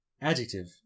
adjective